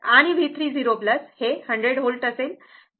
तर i 3 0 आणि V30 100 volt असेल